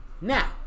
Now